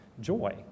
joy